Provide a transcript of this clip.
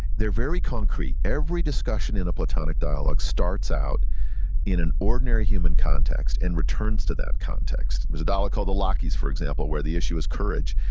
they're very concrete, every discussion in a platonic dialogue starts out in an ordinary human context, and returns to that context. there's a dialogue called the laches, for example, where the issue is courage.